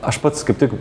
aš pats kaip tik